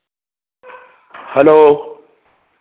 hello